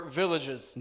villages